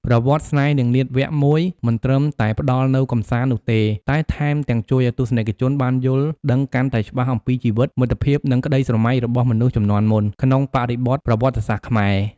ប្រវត្តិស្នេហ៍នាងនាថ វគ្គ ១ មិនត្រឹមតែផ្តល់នូវកម្សាន្តនោះទេ តែថែមទាំងជួយឱ្យទស្សនិកជនបានយល់ដឹងកាន់តែច្បាស់អំពីជីវិត មិត្តភាព និងក្តីស្រមៃរបស់មនុស្សជំនាន់មុន ក្នុងបរិបទប្រវត្តិសាស្ត្រខ្មែរ។